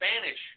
Spanish